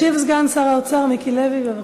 ישיב סגן שר האוצר מיקי לוי, בבקשה.